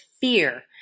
fear